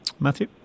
Matthew